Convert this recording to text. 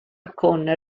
con